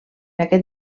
aquest